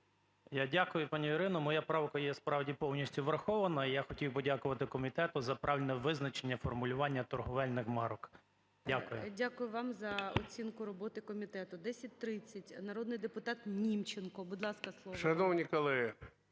Я дякую, пані Ірино. Моя правка є справді повністю врахована. І я хотів подякувати комітету за правильне визначення формулювання торговельних марок. Дякую. ГОЛОВУЮЧИЙ. Дякую за оцінку роботу комітету. 1030, народний депутат Німченко. Будь ласка, слово.